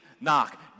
knock